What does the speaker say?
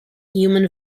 human